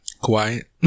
Quiet